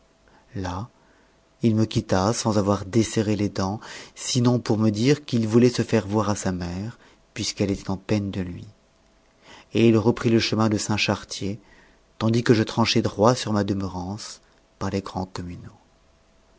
là il me quitta sans avoir desserré les dents sinon pour me dire qu'il voulait se faire voir à sa mère puisqu'elle était en peine de lui et il reprit le chemin de